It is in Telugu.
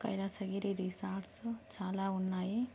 కైలాస గిరి రిసార్ట్స్ చాలా ఉన్నాయి